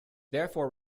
therefore